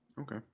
Okay